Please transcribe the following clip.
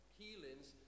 healings